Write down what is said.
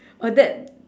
oh that